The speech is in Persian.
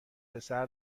پسر